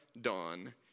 Dawn